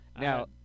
now